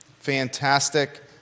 Fantastic